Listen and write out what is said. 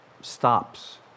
stops